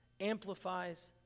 amplifies